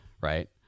right